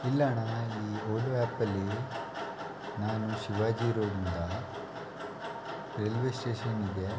ಇಲ್ಲ ಅಣ್ಣಾ ಈ ಓಲೋ ಆ್ಯಪಲ್ಲಿ ನಾನು ಶಿವಾಜಿ ರೋಡ್ನಿಂದ ರೈಲ್ವೆ ಸ್ಟೇಷನ್ನಿಗೆ